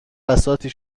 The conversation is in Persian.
بساطی